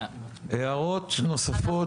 הערות נוספות,